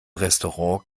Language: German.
restaurant